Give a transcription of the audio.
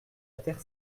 terre